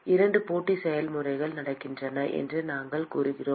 2 போட்டி செயல்முறைகள் நடக்கின்றன என்று நாங்கள் கூறினோம்